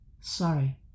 Sorry